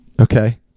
okay